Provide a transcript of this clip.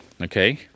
okay